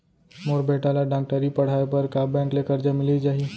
मोर बेटा ल डॉक्टरी पढ़ाये बर का बैंक ले करजा मिलिस जाही?